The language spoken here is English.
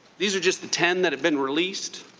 these are just the ten that have been released.